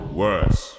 worse